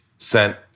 Sent